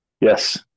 Yes